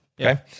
Okay